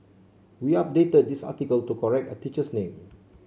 we updated this article to correct a teacher's name